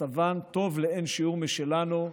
מצבן טוב לאין-שיעור משלנו.